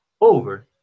over